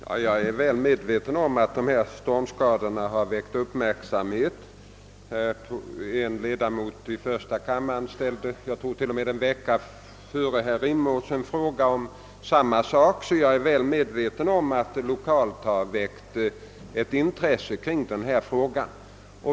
Herr talman! Jag är väl medveten om att stormskadorna väckt uppmärksamhet. En ledamot av första kammaren ställde ungefär en vecka före herr Rimås en fråga om samma sak, och därför känner jag väl till att det 1okalt finns intresse för detta spörsmål.